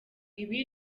ibi